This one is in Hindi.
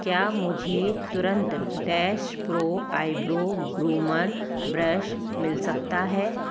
क्या मुझे तुरंत Dash pro eyebrow groomer brush मिल सकता है